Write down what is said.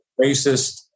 racist